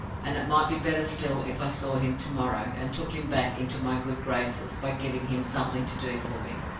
and it might be better still if i saw him to-morrow, and took him back into my good graces by giving him something to do for me.